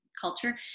culture